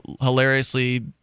hilariously